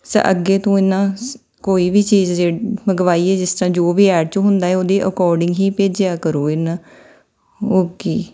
sir ਅੱਗੇ ਤੋਂ ਇਹ ਨਾ ਕੋਈ ਵੀ ਚੀਜ਼ ਜਿਹ ਮੰਗਵਾਈਏ ਜਿਸ ਤਰ੍ਹਾਂ ਜੋ ਵੀ ਐਡ 'ਚ ਹੁੰਦਾ ਹੈ ਉਹਦੇ ਅਕੋਰਡਿੰਗ ਹੀ ਭੇਜਿਆ ਕਰੋ ਇਹ ਨਾ ਓਕੇ